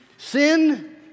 Sin